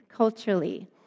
culturally